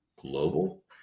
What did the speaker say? global